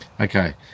Okay